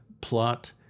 plot